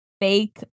fake